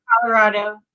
Colorado